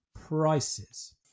prices